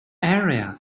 area